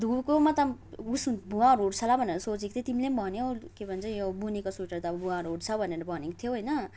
धोएको म त हुस भुवाहरू उड्छ होला सोचेको थिएँ तिमीले पनि भन्यौ के भन्छ यो बुनेको स्वेटर त अब भुवाहरू उठ्छ भनेर भनेको थियौ होइन